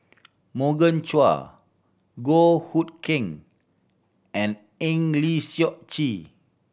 Morgan Chua Goh Hood Keng and Eng Lee Seok Chee